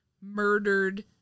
murdered